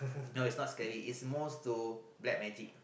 no it's not scary it's most to black magic